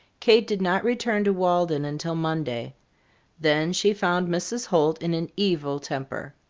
kate did not return to walden until monday then she found mrs. holt in an evil temper.